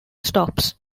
stops